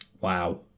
Wow